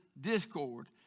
discord